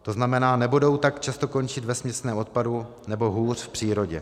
To znamená, nebudou tak často končit ve směsném odpadu, nebo hůř v přírodě.